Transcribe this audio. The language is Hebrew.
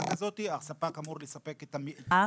המכרז נכתב כבר?